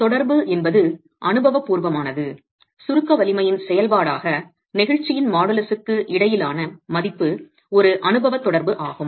தொடர்பு என்பது அனுபவபூர்வமானது சுருக்க வலிமையின் செயல்பாடாக நெகிழ்ச்சியின் மாடுலஸுக்கு இடையிலான மதிப்பு ஒரு அனுபவ தொடர்பு ஆகும்